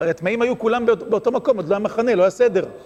הטמאים היו כולם באותו מקום, זה לא היה מחנה, לא היה סדר.